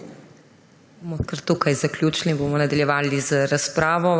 Bomo kar tukaj zaključili in bomo nadaljevali razpravo.